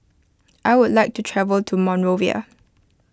I would like to travel to Monrovia